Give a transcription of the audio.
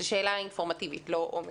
זו שאלה אינפורמטיבית, לא עומ"ר.